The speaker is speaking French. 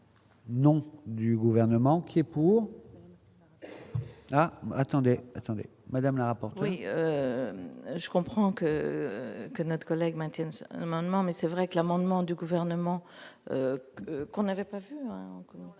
non du gouvernement qui est pour la attendez attendez madame le rapport. Oui, je comprends que que notre collègue intéresse amendements mais c'est vrai que l'amendement du gouvernement qu'on avait pas vu n'avait